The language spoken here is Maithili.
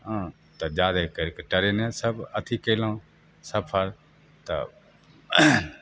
हँ तऽ जादे करिके ट्रेनेसब अथी कएलहुँ सफर तब